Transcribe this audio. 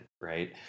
right